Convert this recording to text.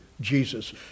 Jesus